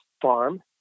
farm